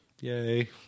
Yay